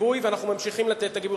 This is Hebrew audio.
גיבוי ואנחנו ממשיכים לתת את הגיבוי.